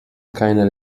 keine